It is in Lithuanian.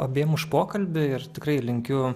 abiem už pokalbį ir tikrai linkiu